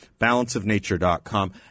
Balanceofnature.com